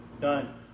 done